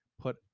Put